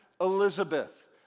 Elizabeth